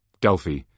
Delphi